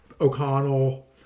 O'Connell